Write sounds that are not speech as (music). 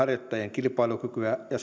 kilpailukykyä ja (unintelligible)